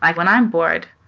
like when i'm bored,